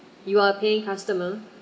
you are paying customer